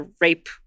rape